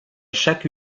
chaque